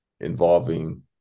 involving